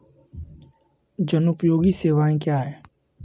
जनोपयोगी सेवाएँ क्या हैं?